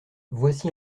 voici